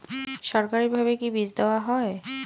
সরকারিভাবে কি বীজ দেওয়া হয়?